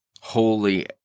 holy